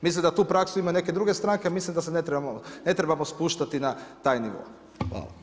Mislim da tu praksu imaju neke druge stranke, jer mislim da se ne trebamo spuštati na taj nivo.